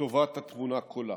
לטובת התמונה כולה.